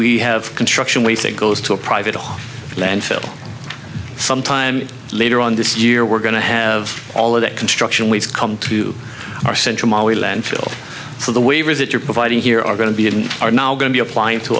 we have construction we think goes to a private a landfill sometime later on this year we're going to have all of that construction we've come to our central mali landfill for the waivers that you're providing here are going to be and are now going to be applying to